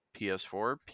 ps4